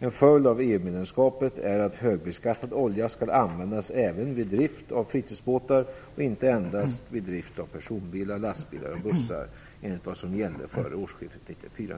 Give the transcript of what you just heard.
En följd av EU-medlemskapet är att högbeskattad olja skall användas även vid drift av fritidsbåtar och inte endast vid drift av personbilar, lastbilar och bussar enligt vad som gällde före årsskiftet 1994/95.